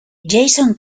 jason